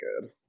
good